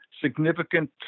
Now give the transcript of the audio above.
significant